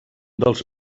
dels